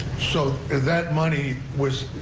so that money was,